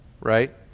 Right